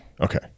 Okay